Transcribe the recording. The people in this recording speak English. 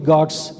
God's